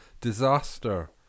disaster